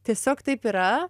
tiesiog taip yra